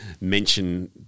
mention